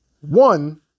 One